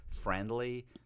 friendly